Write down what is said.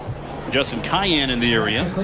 justin cayenne in the area.